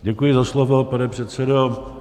Děkuji za slovo, pane předsedo.